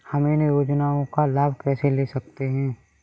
हम इन योजनाओं का लाभ कैसे ले सकते हैं?